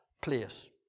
place